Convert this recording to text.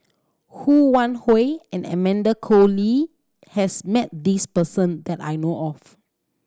Ho Wan Hui and Amanda Koe Lee has met this person that I know of